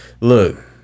Look